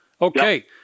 Okay